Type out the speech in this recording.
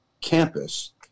campus